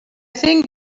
think